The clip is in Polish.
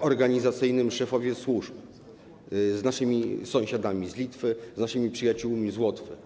organizacyjnym - szefowie służb - z naszymi sąsiadami z Litwy, z naszymi przyjaciółmi z Łotwy.